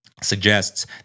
suggests